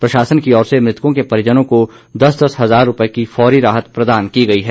प्रशासन की ओर से मृतकों के परिजनों को दस दस हजार रुपये की फौरी राहत प्रदान की गई है